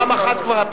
פעם אחת כבר,